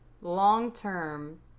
long-term